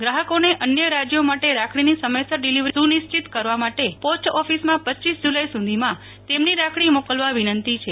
ગ્રાહકોને અન્ય રાજયો માટે રાખડીની સમયસર ડિલિવરી સુ નિશ્ચિત કરવા પોસ્ટ ઓફિસમાં રપ જુલાઈ સુ ધીમાં તેમની રાખડી મોકલવા વિનંતી છે